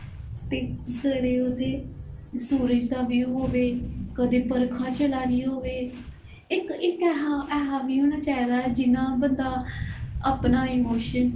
ते करै उत्थें सूरज़ दा व्यू होए कदें बरखा चला दी होए इक ऐहा ऐहा व्यू होना चाहिदा जियां बंदा अपना इमोशन